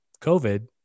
COVID